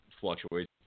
fluctuates